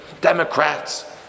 Democrats